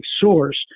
source